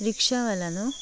रिक्षावाला नू